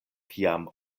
kiam